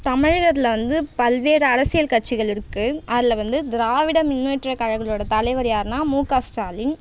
தமிழகத்தில் வந்து பல்வேறு அரசியல் கட்சிகள் இருக்குது அதில் வந்து திராவிட முன்னேற்ற கழகத்தோட தலைவர் யாருன்னால் முக ஸ்டாலின்